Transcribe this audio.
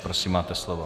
Prosím, máte slovo.